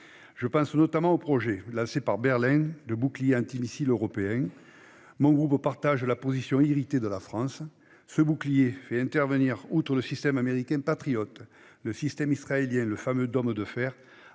Je pense notamment au projet, lancé par Berlin, de bouclier antimissile européen. À cet égard, mon groupe partage la position irritée de la France. Ce bouclier fait intervenir, outre le système américain Patriot, un système israélien- le fameux dôme de fer